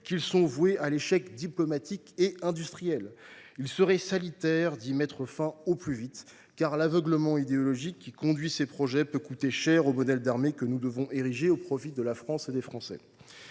qu’ils sont voués à un échec diplomatique et industriel. Il serait salutaire d’y mettre fin au plus vite, car l’aveuglement idéologique qui conduit ces projets peut coûter cher au modèle d’armée que nous devons ériger au bénéfice de la France et des Français.